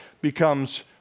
becomes